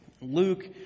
Luke